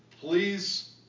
please